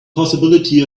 possibility